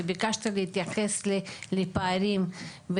וביקשתי להתייחס לפערים,